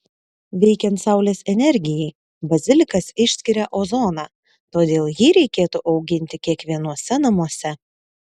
veikiant saulės energijai bazilikas išskiria ozoną todėl jį reikėtų auginti kiekvienuose namuose